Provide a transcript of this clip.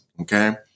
Okay